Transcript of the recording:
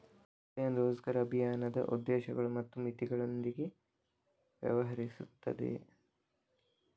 ಕಲ್ಯಾಣ್ ರೋಜ್ಗರ್ ಅಭಿಯಾನದ ಉದ್ದೇಶಗಳು ಮತ್ತು ಮಿತಿಗಳೊಂದಿಗೆ ವ್ಯವಹರಿಸುತ್ತದೆ